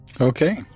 Okay